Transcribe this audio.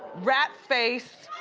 rat face.